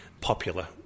popular